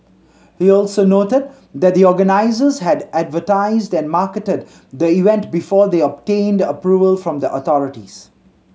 he also noted that the organisers had advertised and marketed the event before they obtained approval from the authorities